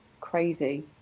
crazy